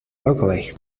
locally